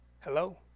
hello